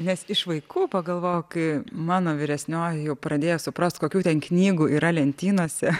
nes iš vaikų pagalvojau kai mano vyresnioji jau pradėjo suprast kokių ten knygų yra lentynose